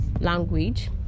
language